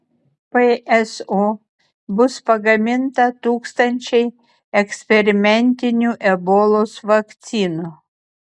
pso bus pagaminta tūkstančiai eksperimentinių ebolos vakcinų